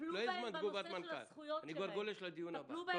טפלו בהם בנושא הזכויות שלהם.